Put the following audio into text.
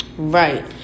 Right